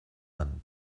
man